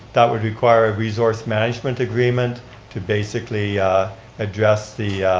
that would require a resource management agreement to basically address the